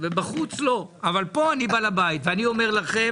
ובחוץ לא, אבל פה אני בעל הבית ואני אומר לכם,